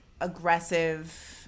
aggressive